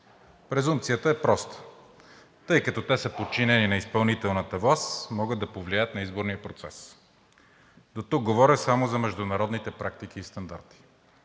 Презумпцията е проста – тъй като те са подчинени на изпълнителната власт, могат да повлияят на изборния процес. Дотук говоря само за международните практики и стандарти.